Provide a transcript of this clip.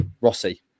Rossi